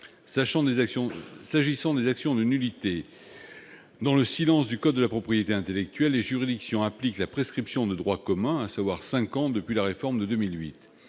S'agissant des actions en nullité, au vu du silence du code de la propriété intellectuelle sur ce point, les juridictions appliquent la prescription de droit commun, à savoir cinq ans depuis la réforme de 2008.